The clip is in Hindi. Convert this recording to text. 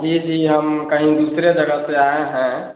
जी जी हम कहीं दूसरे जगह से आए हैं